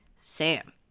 Sam